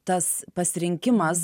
tas pasirinkimas